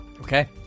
Okay